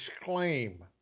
exclaim